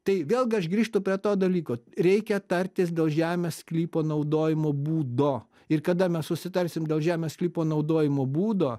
tai vėlgi aš grįžtu prie to dalyko reikia tartis dėl žemės sklypo naudojimo būdo ir kada mes susitarsim dėl žemės sklypo naudojimo būdo